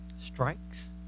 strikes